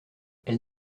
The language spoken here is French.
elle